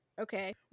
Okay